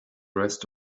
rest